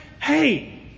Hey